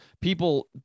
people